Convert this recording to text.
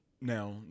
Now